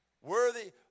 Worthy